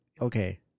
okay